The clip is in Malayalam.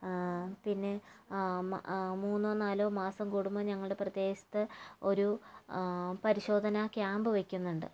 പിന്നെ മൂന്നോ നാലോ മാസം കൂടുമ്പം ഞങ്ങളുടെ പ്രദേശത്ത് ഒരു പരിശോധന ക്യാമ്പ് വയ്ക്കുന്നുണ്ട്